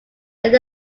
there